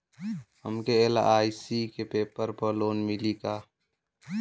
हमके एल.आई.सी के पेपर पर लोन मिली का?